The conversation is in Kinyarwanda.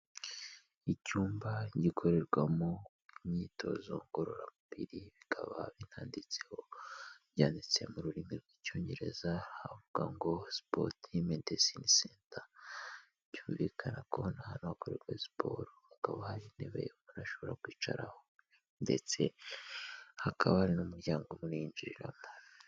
Icyumba gikorerwamo imyitozo ngororamubiri, bikaba binanditseho, byanditse mu rurimi rw'Icyongereza havuga ngo sport medicine center, byumvikana ko hano hantu hakorerwa siporo hakaba hari intebe umuntu ashobora kwicaraho ndetse hakaba hari n'umuryango umuntu yinjiriamo.